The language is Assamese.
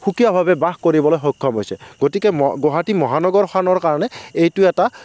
সুকীয়াভাৱে বাস কৰিবলৈ সক্ষম হৈছে গতিকে গুৱাহাটী মহানগৰখনৰ কাৰণে এইটো এটা